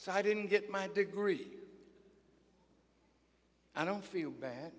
so i didn't get my degree i don't feel bad